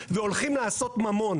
13:00 והולכים לעשות ממון